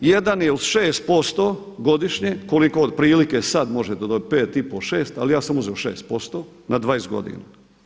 Jedan je uz 6% godišnje koliko otprilike sad možete dobiti 5 i pol, 6 ali ja sam uzeo 6% na 20 godina.